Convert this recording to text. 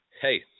hey